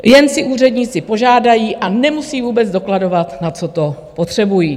Jen si úředníci požádají a nemusí vůbec dokladovat, na co to potřebují.